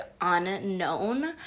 unknown